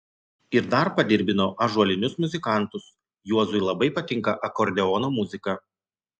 ir dar padirbino ąžuolinius muzikantus juozui labai patinka akordeono muzika